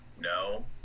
No